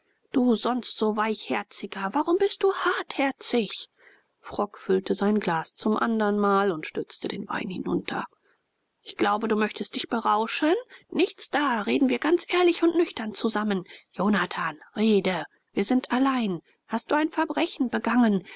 du sonst so weichherziger warum bist du hartherzig frock füllte sein glas zum andern mal und stürzte den wein hinunter ich glaube du möchtest dich berauschen nichts da reden wir ganz ehrlich und nüchtern zusammen jonathan rede wir sind allein hast du ein verbrechen begangen